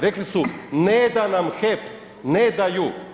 Rekli su ne da nam HEP, ne daju.